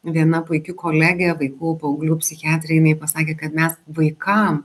viena puiki kolegė vaikų paauglių psichiatrė jinai pasakė kad mes vaikam